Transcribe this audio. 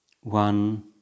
One